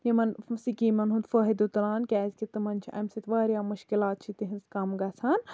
یِمن سِکیٖمَن ہُند فٲیدٕ تُلان کیازِ کہِ تِمَن چھِ اَمہِ سۭتۍ واریاہ مُشکِلات چھِ تِہنز کَم گژھان